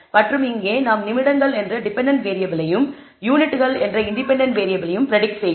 மற்றும் இங்கே நாம் நிமிடங்கள் என்ற டிபெண்டன்ட் வேறியபிளையும் யூனிட்கள் என்ற இன்டிபெண்டன்ட் வேறியபிளையும் பிரடிக்ட் செய்கிறோம்